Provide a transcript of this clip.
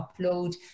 upload